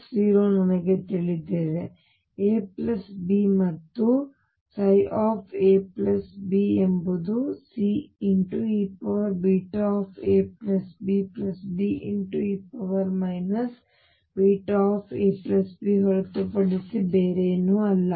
ಮತ್ತು ψ ನನಗೆ ತಿಳಿದಿದೆ AB ಮತ್ತು ψ ab ಎಂಬುದು CeβabDe βab ಹೊರತುಪಡಿಸಿ ಬೇರೇನೂ ಅಲ್ಲ